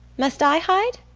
must i hide?